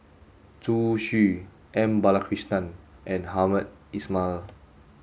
Zhu Xu M Balakrishnan and Hamed Ismail